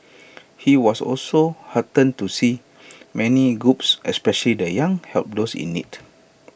he was also heartened to see many groups especially the young help those in need